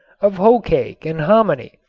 of hoe-cake and hominy,